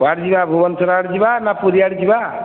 କୁଆଡ଼େ ଯିବା ଭୂବନେଶ୍ଵର ଆଡ଼େ ଯିବା ନା ପୁରୀ ଆଡ଼େ ଯିବା